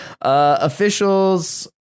Officials